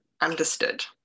understood